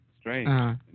Strange